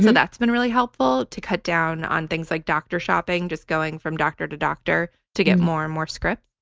that's been really helpful to cut down on things like doctor shopping, just going from doctor to doctor to get more and more scripts.